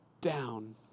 down